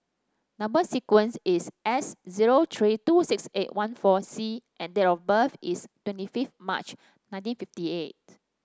number sequence is S zero three two six eight one four C and date of birth is twenty fifth March nineteen fifty eight